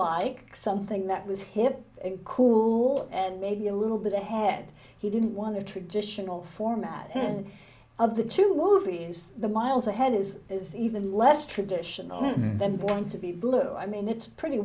like something that was hit in cool and maybe a little bit ahead he didn't want a traditional format and of the two movies the miles ahead is even less traditional and then born to be blue i mean it's pretty